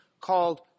called